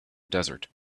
desert